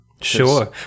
Sure